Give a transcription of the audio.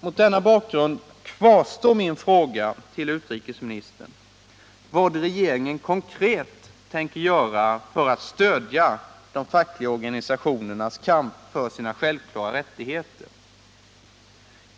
Mot denna bakgrund kvarstår min fråga till utrikesministern om vad regeringen konkret tänker göra för att stödja de fackliga organisationernas kamp för sina självklara rättigheter.